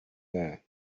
there